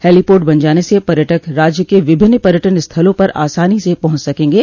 heliport बन जाने से पर्यटक राज्य के विभिन्न पर्यटन स्थलों पर आसानी से पहुंच सकेंगे